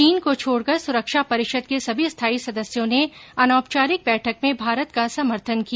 चीन को छोड़कर सुरक्षा परिषद के सभी स्थायी सदस्यों ने अनौपचारिक बैठक में भारत का समर्थन किया